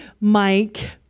Mike